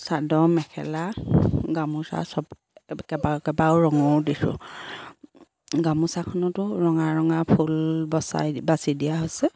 চাদৰ মেখেলা গামোচা চব কেইবা কেইবাও ৰঙৰ দিছো গামোচাখনতো ৰঙা ৰঙা ফুল বচাই বাচি দিয়া হৈছে